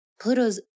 pluto's